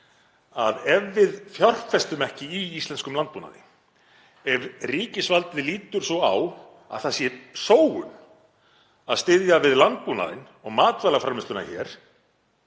að ef við fjárfestum ekki í íslenskum landbúnaði, ef ríkisvaldið lítur svo á að það sé sóun að styðja við landbúnaðinn og matvælaframleiðsluna hér